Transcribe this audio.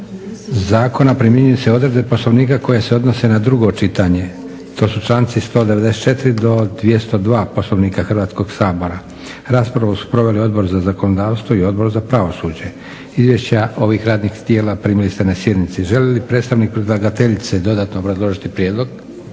zakona primjenjuju se odredbe Poslovnika koje se odnose na drugo čitanje, to su članci 194.-202. Poslovnika Hrvatskog sabora. Raspravu su proveli Odbor za zakonodavstvo i Odbor za pravosuđe. Izvješća ovih radnih tijela primili ste na sjednici. Želi li predstavnik predlagateljice dodatno obrazložiti prijedlog?